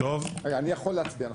לפני שאנחנו עוברים להצבעה?